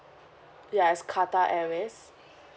yes Qatar Airways